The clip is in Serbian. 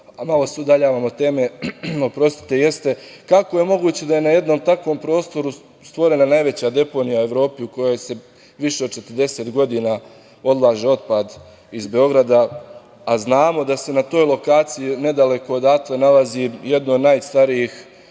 malo se udaljavamo od teme, jeste kako je moguće da je na jednom takvom prostoru stvorena najveća deponija u Evropi u koju se više od 40 godina odlaže otpad iz Beograda, a znamo da se na toj lokaciji nedaleko odatle nalazi jedno od najstarijih